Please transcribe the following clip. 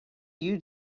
you